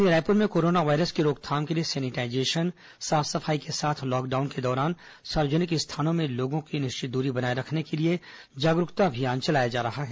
राजधानी रायपुर में corona virus की रोकथाम के लिए सैनिटाईजेशन साफ सफाई के साथ लॉकडाउन के दौरान सार्वजनिक स्थानों में लोगों को निश्चित दूरी बनाए रखने के लिए जागरूकता अभियान चलाया जा रहा है